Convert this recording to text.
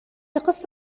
قصة